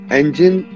engine